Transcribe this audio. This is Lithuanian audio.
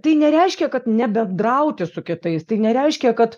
tai nereiškia kad nebendrauti su kitais tai nereiškia kad